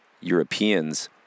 Europeans